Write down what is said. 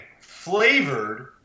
flavored